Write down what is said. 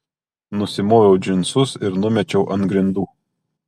nusimoviau džinsus ir numečiau ant grindų